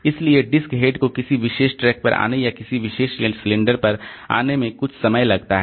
इसलिए disk head को किसी विशेष ट्रैक पर आने या किसी विशेष सिलेंडर पर आने में कुछ समय लगता है